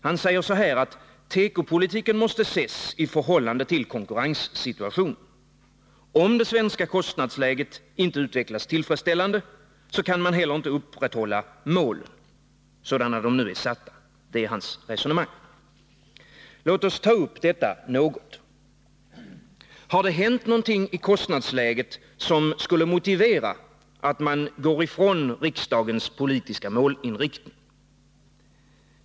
Han säger att tekopolitiken måste ses i förhållande till konkurrenssituationen. Om det svenska kostnadsläget inte utvecklas tillfredsställande kan man inte heller upprätthålla målen, sådana de nu är satta — det är hans resonemang. Låt oss ta upp detta något. Har det hänt någonting i kostnadsläget som skulle motivera att man går ifrån riksdagens målinriktning?